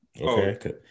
Okay